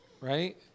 right